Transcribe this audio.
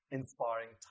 inspiring